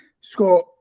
Scott